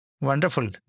Wonderful